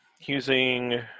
using